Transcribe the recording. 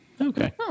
Okay